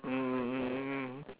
mm